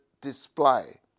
display